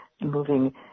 moving